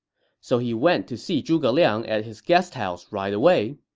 so he went to see zhuge liang at his guest house right away.